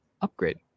upgrade